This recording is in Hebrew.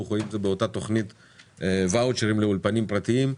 או אם זה באותה תכנית ואוצ'רים לאולפנים פרטיים,